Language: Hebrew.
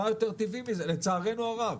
מה יותר טבעי מזה, לצערנו הרב?